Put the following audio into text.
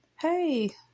hey